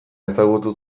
ezagutu